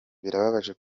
birababaje